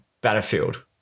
battlefield